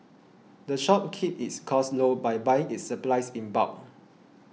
the shop keeps its costs low by buying its supplies in bulk